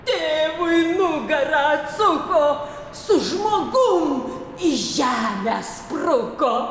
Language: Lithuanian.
tėvui nugarą atsuko su žmogum į žemę spruko